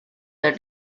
the